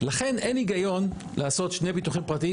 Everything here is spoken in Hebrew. לכן אין היגיון לעשות שני ביטוחים פרטיים